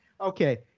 Okay